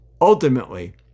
Ultimately